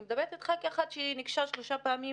אני מדברת איתך כאחת שניגשה שלוש פעמים